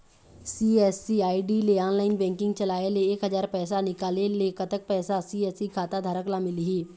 CSC ID ले online banking चलाए ले एक हजार पैसा निकाले ले कतक पैसा सी.एस.सी खाता धारक ला मिलही?